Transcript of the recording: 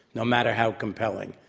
no matter how compelling.